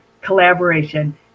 collaboration